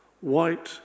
white